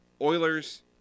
Oilers